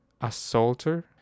assaulter